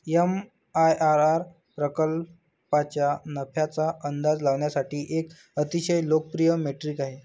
MIRR प्रकल्पाच्या नफ्याचा अंदाज लावण्यासाठी एक अतिशय लोकप्रिय मेट्रिक आहे